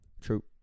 True